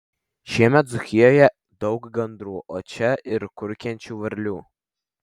šiemet dzūkijoje daug gandrų o čia ir kurkiančių varlių